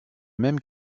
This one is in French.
même